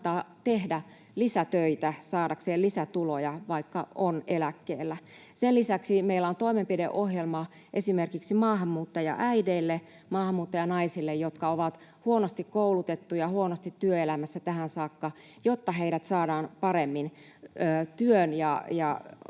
tehdä lisätöitä saadakseen lisätuloja, vaikka on eläkkeellä. Sen lisäksi meillä on toimenpideohjelma esimerkiksi maahanmuuttajaäideille, maahanmuuttajanaisille, jotka ovat huonosti koulutettuja, huonosti työelämässä tähän saakka, jotta heidät saadaan paremmin työn ja